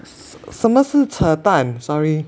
什么是扯蛋 sorry